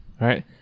right